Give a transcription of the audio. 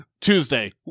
Tuesday